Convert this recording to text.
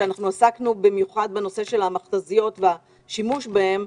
שבו עסקנו בעיקר בנושא המכת"זיות והשימוש בהן,